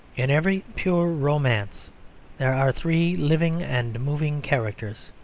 in every pure romance there are three living and moving characters.